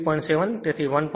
7 તેથી 1